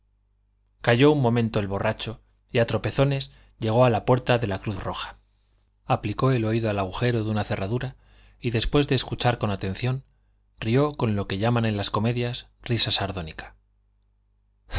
calló un momento el borracho y a tropezones llegó a la puerta de la cruz roja aplicó el oído al agujero de una cerradura y después de escuchar con atención rió con lo que llaman en las comedias risa sardónica